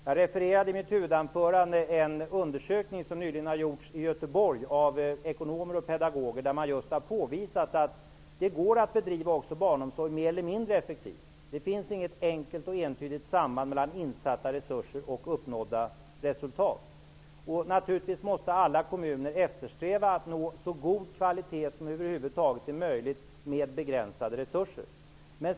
Jag refererade i mitt huvudanförande en undersökning som nyligen har gjorts i Göteborg av ekonomer och pedagoger och där man just har påvisat att det går att bedriva också barnomsorg mer eller mindre effektivt. Det finns inget enkelt och entydigt samband mellan insatta resurser och uppnådda resultat. Naturligtvis måste alla kommuner eftersträva att nå så god kvalitet som över huvud taget är möjligt med begränsade resurser.